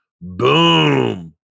Boom